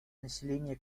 населения